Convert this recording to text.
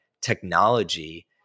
technology